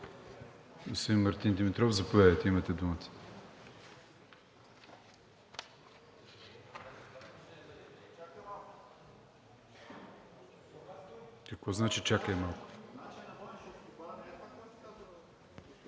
Димитров, заповядайте – имате думата.